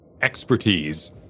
expertise